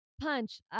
punch